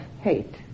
hate